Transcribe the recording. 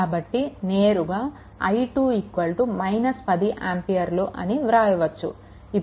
కాబట్టి నేరుగా i2 10 ఆంపియర్లు అని వ్రాయవచ్చు